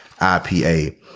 IPA